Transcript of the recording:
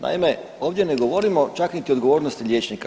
Naime, ovdje ne govorimo čak niti o odgovornosti liječnika.